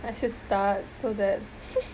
I should start so that